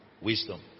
wisdom